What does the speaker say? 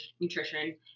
nutrition